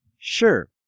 Sure